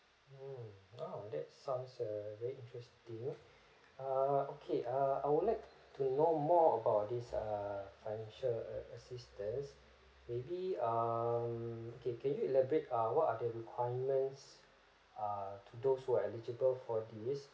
mm !wow! that sounds uh very interesting err okay err I would like to know more about this err financial uh assistance maybe um okay can you elaborate ah what are the requirements ah to those who are eligible for this